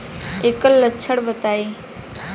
एकर लक्षण बताई?